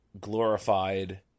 glorified